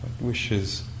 wishes